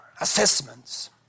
assessments